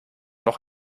noch